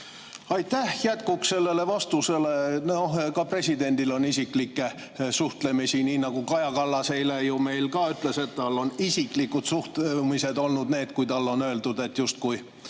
Aitäh! Jätkuks sellele vastusele. Ka presidendil on isiklikku suhtlemist, nii nagu Kaja Kallas eile ju meilegi ütles, et tal on isiklikud suhtlemised olnud need, kus talle on justkui